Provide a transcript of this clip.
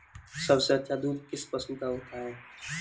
सबसे अच्छा दूध किस पशु का होता है?